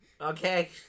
okay